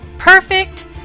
perfect